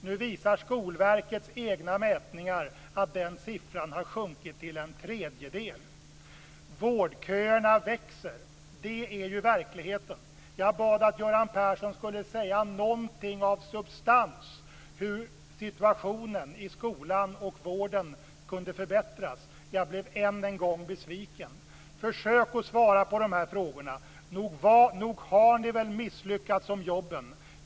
Nu visar Skolverkets egna mätningar att den siffran har sjunkit till en tredjedel. Vårdköerna växer. Det är verkligheten. Jag bad att Göran Persson skulle säga någonting av substans om hur situationen i skolan och vården kunde förbättras. Jag blev än en gång besviken. Försök att besvara frågorna. Nog har ni väl misslyckats med jobben?